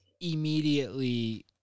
immediately